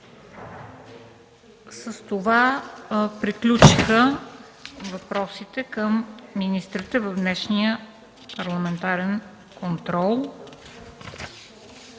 С това приключиха въпросите към министрите в днешния парламентарен контрол.